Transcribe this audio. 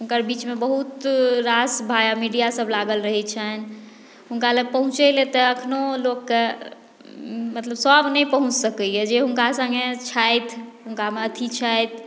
हुनकर बीचमे बहुत रास भाया मिडियासभ लागल रहैत छनि हुनका लग पहुँचय लेल तऽ एखनहु लोककेँ मतलब सभ नहि पहुँच सकैए जे हुनका सङ्गे छथि हुनकामे अथी छथि